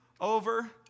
over